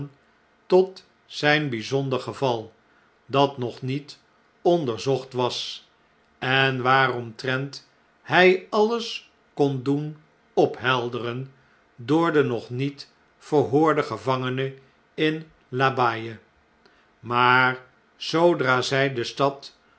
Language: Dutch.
tot zgnbijzonder geval dat nog niet onderzocht was en waaromtrent hg alles kon doen ophelderen door den nog niet verhoorden gevangene in l'abbaye maar zoodra zij de stad